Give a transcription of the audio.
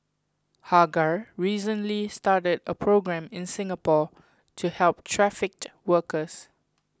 Hagar recently started a programme in Singapore to help trafficked workers